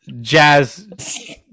Jazz